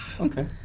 Okay